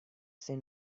seen